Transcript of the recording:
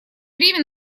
время